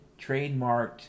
trademarked